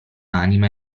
anima